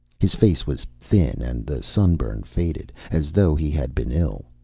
his face was thin and the sunburn faded, as though he had been ill.